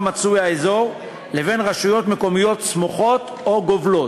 מצוי האזור לבין רשויות מקומיות סמוכות או גובלות.